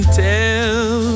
tell